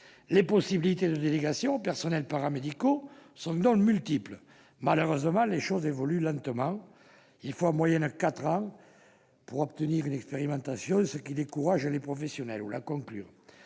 Les possibilités de délégations aux personnels paramédicaux sont donc multiples. Malheureusement, les choses évoluent lentement. Il faut en moyenne quatre ans pour obtenir une expérimentation, ce qui décourage les professionnels. Quels sont les